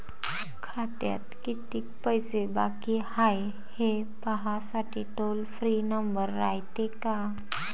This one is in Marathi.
खात्यात कितीक पैसे बाकी हाय, हे पाहासाठी टोल फ्री नंबर रायते का?